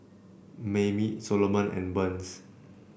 Mayme Soloman and Burns